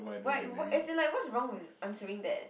why wh~ as in like what's wrong with answering that